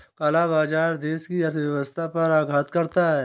काला बाजार देश की अर्थव्यवस्था पर आघात करता है